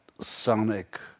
sonic